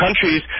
countries